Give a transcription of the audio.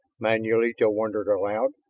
manulito wondered aloud.